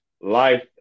life